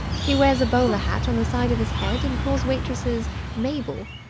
he wears a bowler hat on the side of his head and calls waitresses mabel.